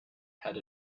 had